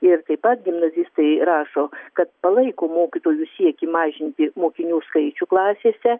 ir taip pat gimnazistai rašo kad palaiko mokytojų siekį mažinti mokinių skaičių klasėse